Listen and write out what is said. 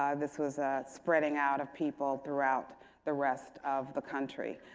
ah this was a spreading out of people throughout the rest of the country.